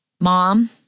mom